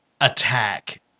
attack